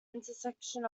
intersection